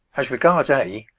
as regards a,